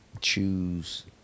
choose